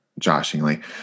joshingly